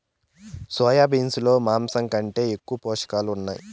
soya beans లో మాంసం కంటే ఎక్కువగా పోషకాలు ఉన్నాయి